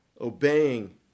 obeying